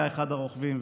היה אחד הרוכבים,